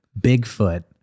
bigfoot